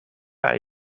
are